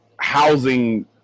housing